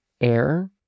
air